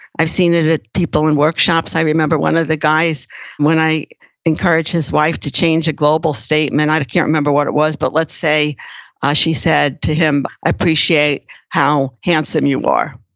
i've seen it at people in workshops. i remember one of the guys when i encouraged his wife to change a global statement, i can't remember what it was, but let's say ah she said to him, i appreciate how handsome you are.